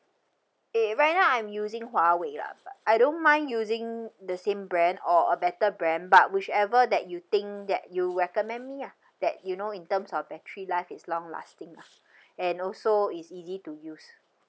eh right now I'm using Huawei lah but I don't mind using the same brand or a better brand but whichever that you think that you recommend me lah that you know in terms of battery life is long lasting lah and also is easy to use